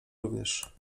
również